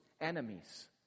Enemies